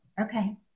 Okay